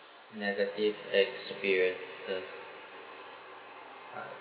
negative experiences uh